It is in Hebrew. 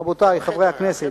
רבותי חברי הכנסת,